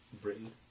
Britain